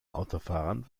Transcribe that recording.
autofahrern